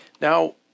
Now